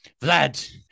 Vlad